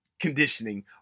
conditioning